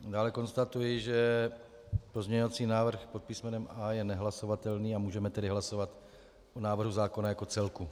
Dále konstatuji, že pozměňovací návrh pod písmenem A je nehlasovatelný, a můžeme tedy hlasovat o návrhu zákona jako celku.